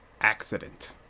accident